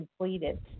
completed